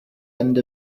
end